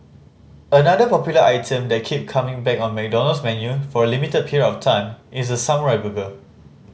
another popular item that keep coming back on McDonald's menu for a limited period of time is the samurai burger